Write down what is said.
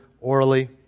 orally